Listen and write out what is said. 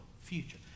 future